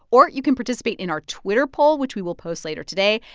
or you can participate in our twitter poll, which we will post later today.